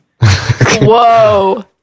Whoa